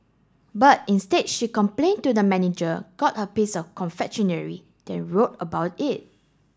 but instead she complained to the manager got her piece of confectionery then wrote about it